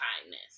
kindness